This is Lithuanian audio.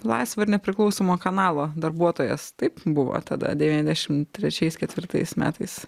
laisvo ir nepriklausomo kanalo darbuotojas taip buvo tada devyniasdešim trečiais ketvirtais metais